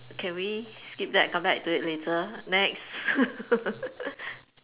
can we skip that and come back to it later next